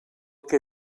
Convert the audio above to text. que